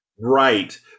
right